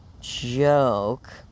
joke